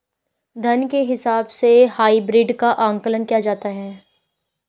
धन के हिसाब से हाइब्रिड का आकलन किया जाता है